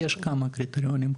יש כמה קריטריונים,